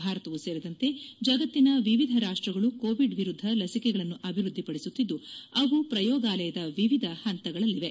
ಭಾರತವು ಸೇರಿದಂತೆ ಜಗತ್ತಿನ ವಿವಿಧ ರಾಷ್ಟಗಳು ಕೋವಿಡ್ ವಿರುದ್ಧ ಲಸಿಕೆಗಳನ್ನು ಅಭಿವೃದ್ಧಿಪಡಿಸುತ್ತಿದ್ದು ಅವು ಪ್ರಯೋಗಾಲಯದ ವಿವಿಧ ಪಂತಗಳಲ್ಲಿವೆ